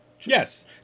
Yes